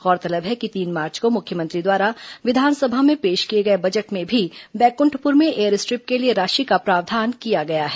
गौरतलब है कि तीन मार्च को मुख्यमंत्री द्वारा विधानसभा में पेश किए गए बजट में भी बैकुठपुर में एयर स्ट्रिप के लिए राशि का प्रावधान किया गया है